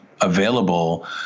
available